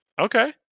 okay